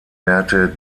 werte